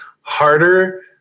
harder